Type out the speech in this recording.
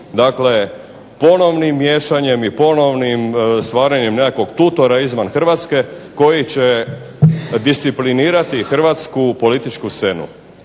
dakle ponovnim miješanjem i ponovnim stvaranjem nekakvog tutora izvan Hrvatske koji će disciplinirati hrvatsku političku scenu.